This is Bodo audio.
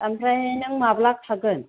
ओमफ्राय नों माब्ला खागोन